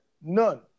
None